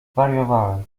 zwariowałam